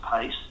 pace